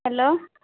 hello